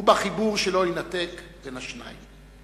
ובחיבור שלא יינתק בין השניים.